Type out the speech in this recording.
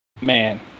man